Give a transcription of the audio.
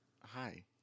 Hi